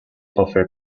offer